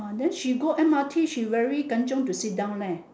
ah then she go M_R_T she very kanchiong to sit down leh